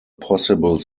possible